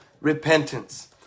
repentance